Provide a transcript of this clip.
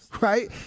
right